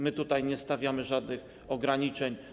My tutaj nie nakładamy żadnych ograniczeń.